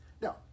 Now